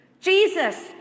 Jesus